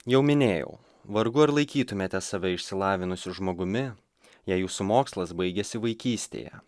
jau minėjau vargu ar laikytumėte save išsilavinusiu žmogumi jei jūsų mokslas baigėsi vaikystėje